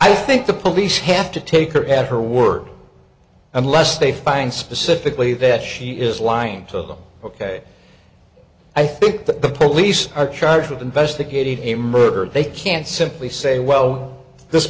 i think the police have to take her at her word unless they find specifically that she is lying to them ok i think that the police are charged with investigating a murder they can't simply say well this